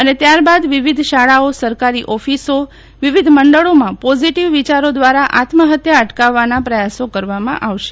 અને ત્યારબાદ વિવિધ શાળાઓ શાળાઓ ઓફિસો વિવિધ મંડળીમાં પોઝીટીવ વિચારો દ્વારા આત્મહત્યા અટકાવવાના પ્રયાસો કરવામાં આવશે